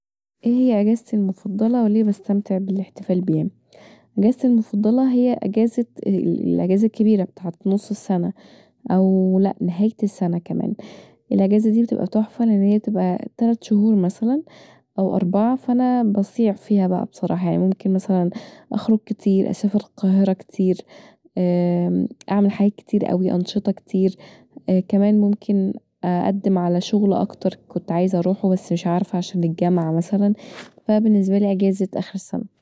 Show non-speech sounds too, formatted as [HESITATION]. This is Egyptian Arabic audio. إيه هي أجازتي المفضله وليه بستمتع بالإحتفال بيها؟ اجازتي المفضله هي الاجازه الكبيرة بتاعة نص السنة، او لأ نهاية السنة كمان، الاجازة دي بتبقي تحفه لأن هي بتبقي تلات شهور مثلااو اربعه فأنا بصيع فيها بصراحه يعني ممكن مثلا اخرج كتير، اسافر القاهرة كتير [HESITATION] أعمل حاجات كتير أوي انشطه كتير كمان ممكن أقدم علي شغل اكتر كنت عايزه اروحه بس مش عازفه عشان الجامعه مثلا فبالنسبالي اجازة اخر السنة